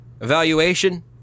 evaluation